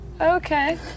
Okay